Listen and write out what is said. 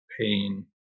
pain